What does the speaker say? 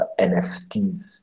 NFTs